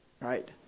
right